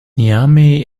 niamey